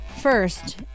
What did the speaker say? First